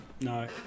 No